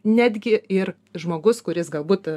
netgi ir žmogus kuris galbūt